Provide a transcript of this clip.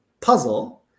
puzzle